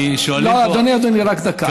כי שואלים פה, לא, אדוני, אדוני, רק דקה.